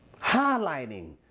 highlighting